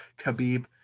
Khabib